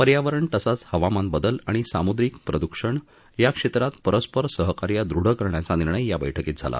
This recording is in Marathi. पर्यावरण तसंच हवामान बदल आणि सामुद्रिक प्रदूषण या क्षेत्रात परस्पर सहकार्य दृढ करण्याचा निर्णय या बैठकीत झाला